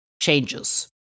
changes